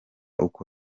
uko